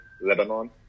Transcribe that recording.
Lebanon